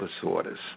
disorders